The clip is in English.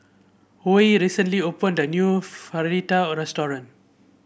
Huy recently opened a new Raita Restaurant